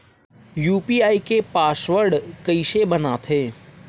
UPI के password कइसे बनाथे?